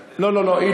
לא, לא, לא.